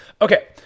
Okay